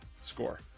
score